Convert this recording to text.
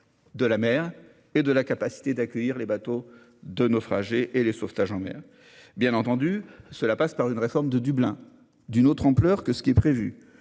de la mer et de leur engagement à accueillir les bateaux de naufragés et de sauvetage en mer. Bien entendu, cela passe par une réforme du règlement de Dublin d'une autre ampleur que ce qui est prévu